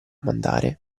mandare